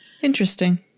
Interesting